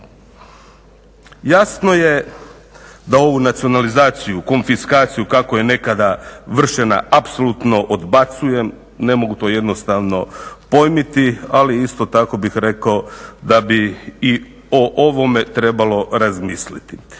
Jasno je da ovu nacionalizaciju, konfiskaciju kako je nekada vršena apsolutno odbacujem, ne mogu to pojmiti, ali isto tako bi rekao da bi i o ovome trebalo razmisliti.